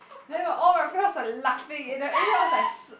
then we all my friends are laughing and then everyone was like s~